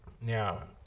now